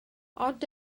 ond